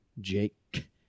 Jake